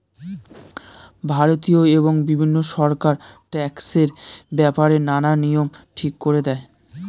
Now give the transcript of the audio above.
ভারতীয় এবং বিভিন্ন সরকার ট্যাক্সের ব্যাপারে নানান নিয়ম ঠিক করে দেয়